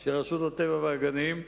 של רשות הטבע והגנים,